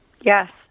Yes